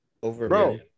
Bro